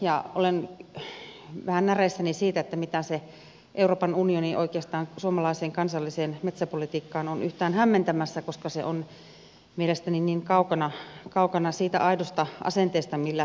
olen vähän näreissäni siitä mitä se euroopan unioni oikeastaan suomalaiseen kansalliseen metsäpolitiikkaan on yhtään hämmentämässä koska se on mielestäni niin kaukana siitä aidosta asenteesta millä suomalaista metsäpolitiikkaa on tehty